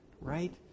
right